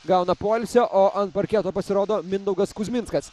gauna poilsio o ant parketo pasirodo mindaugas kuzminskas